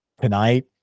tonight